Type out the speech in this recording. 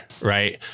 right